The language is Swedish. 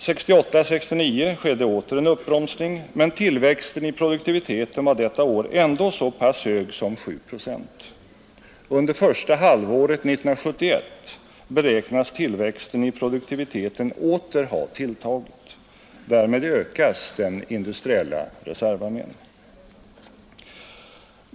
1968/69 skedde åter en uppbromsning, men tillväxten i produktiviteten var detta år ändå så pass hög som 7 procent. Under första halvåret 1971 beräknas tillväxten i produktiviteten åter ha tilltagit. Därmed ökas den industriella reservarmén.